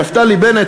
נפתלי בנט,